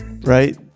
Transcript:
right